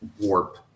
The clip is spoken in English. warp